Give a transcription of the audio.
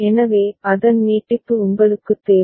எனவே அதன் நீட்டிப்பு உங்களுக்குத் தேவை